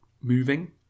moving